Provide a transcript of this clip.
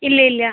ഇല്ല ഇല്ല